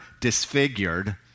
disfigured